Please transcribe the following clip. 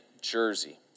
jersey